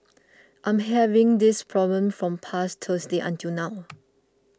I'm having this problem from past Thursday until now